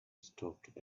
stopped